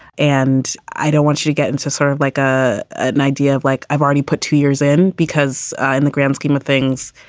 and i don't want you to get into sort of like ah an idea of like i've already put two years in. because in the grand scheme of things,